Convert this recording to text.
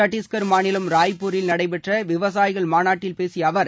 சத்தீஷ்கர் மாநிலம் ராய்ப்பூரில் நடைபெற்ற விவசாயிகள் மாநாட்டில் பேசிய அவர்